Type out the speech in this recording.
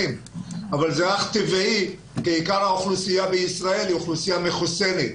אבל זה אך טבעי כי עיקר האוכלוסייה בישראל היא אוכלוסייה מחוסנת.